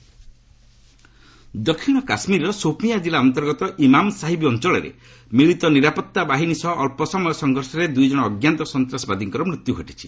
J and K କିଲ୍ ଦକ୍ଷିଣ କାଶ୍ମୀରର ସୋପିଆଁ ଜିଲ୍ଲା ଅନ୍ତର୍ଗତ ଇମାମ୍ ସାହିବ୍ ଅଞ୍ଚଳରେ ମିଳିତ ନିରାପତ୍ତା ବାହିନୀ ସହ ଅଳ୍ପ ସମୟ ସଂଘର୍ଷରେ ଦୁଇ ଜଣ ଅଜ୍ଞାତ ସନ୍ତାସବାଦୀଙ୍କର ମୃତ୍ୟୁ ଘଟିଛି